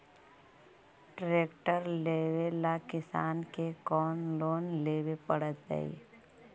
Tractor लेवेला किसान के कौन लोन लेवे पड़तई?